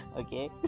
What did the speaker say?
okay